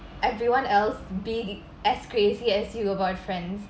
everyone else be as crazy as you have boyfriends